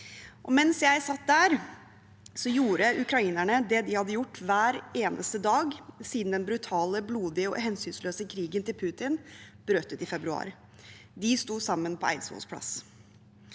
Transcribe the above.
Mens jeg satt der, gjorde ukrainerne det de hadde gjort hver eneste dag siden den brutale, blodige og hensynsløse krigen til Putin brøt ut i februar: De sto sammen på Eidsvolls plass.